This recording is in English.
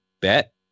bet